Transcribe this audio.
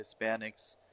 Hispanics